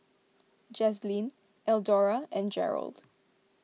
Jazlene Eldora and Jerold